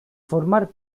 formar